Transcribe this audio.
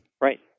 Right